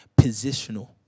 Positional